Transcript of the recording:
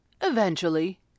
Eventually